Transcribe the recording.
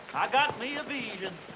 i got me a vision.